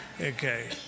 Okay